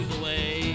away